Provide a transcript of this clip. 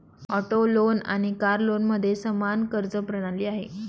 auto loan आणि car लोनमध्ये समान कर्ज प्रणाली आहे